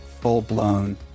full-blown